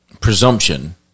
presumption